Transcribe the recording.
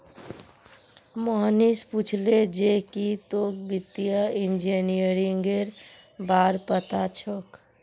मोहनीश पूछले जे की तोक वित्तीय इंजीनियरिंगेर बार पता छोक